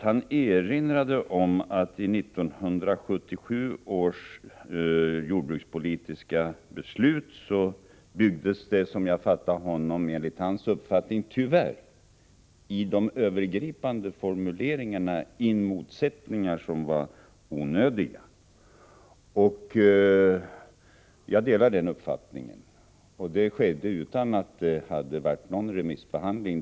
Han erinrade om att det i 1977 års jordbrukspolitiska beslut — enligt hans uppfattning tyvärr — hade byggts in i de övergripande formuleringarna motsättningar som var onödiga. Jag delar den uppfattningen. Och detta skedde utan att det hade varit någon remissbehandling.